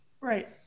Right